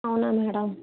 అవునా మేడం